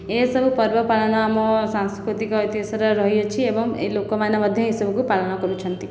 ଏହା ସବୁ ପର୍ବ ପାଳନ ଆମ ସାଂସ୍କୃତିକ ଐତିହାସରେ ରହିଅଛି ଏବଂ ଏଇ ଲୋକମାନେ ମଧ୍ୟ ଏହି ସବୁକୁ ପାଳନ କରୁଛନ୍ତି